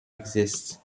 exists